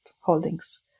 holdings